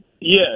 Yes